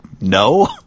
no